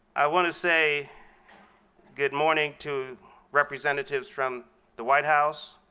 i want to say good morning to representatives from the white house,